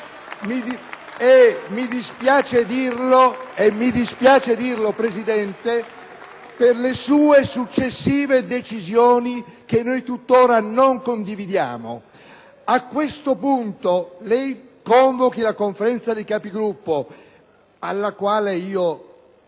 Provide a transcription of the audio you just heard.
mi dispiace dirlo, signor Presidente, per le sue successive decisioni che noi tutt'ora non condividiamo. A questo punto, lei convochi la Conferenza dei Capigruppo, alla quale io